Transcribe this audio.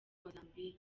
mozambique